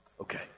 Okay